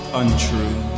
untrue